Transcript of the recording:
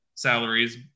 salaries